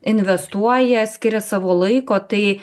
investuoja skiria savo laiko tai